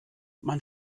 man